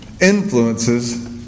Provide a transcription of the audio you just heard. influences